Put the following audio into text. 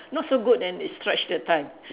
not so good then they stretch the time